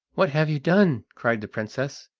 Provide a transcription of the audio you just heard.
what have you done? cried the princess.